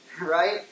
right